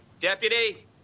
Deputy